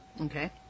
okay